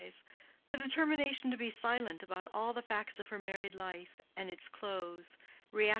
the determination to be silent about all the facts of her married life and its close,